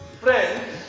Friends